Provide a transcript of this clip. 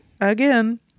Again